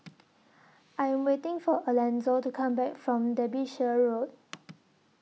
I Am waiting For Alanzo to Come Back from Derbyshire Road